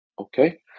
Okay